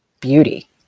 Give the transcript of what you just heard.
beauty